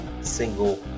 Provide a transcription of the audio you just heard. single